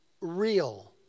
real